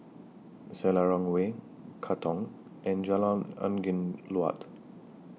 Selarang Way Katong and Jalan Angin Laut